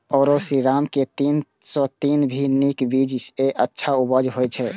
आरो श्रीराम के तीन सौ तीन भी नीक बीज ये अच्छा उपज होय इय?